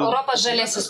europos žaliasis